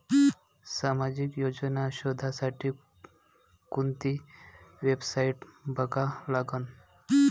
सामाजिक योजना शोधासाठी कोंती वेबसाईट बघा लागन?